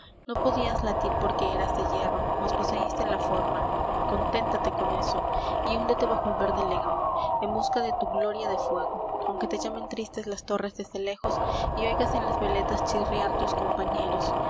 no podías latir porque eras de hierro mas poseiste la forma conténtate con eso y húndete bajo el verde légamo en busca de tu gloria de fuego aunque te llamen tristes las torres desde lejos y oigas en las veletas chirriar tus compañeros